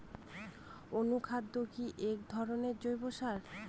অনুখাদ্য কি এক ধরনের জৈব সার?